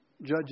Judges